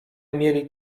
mieli